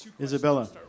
Isabella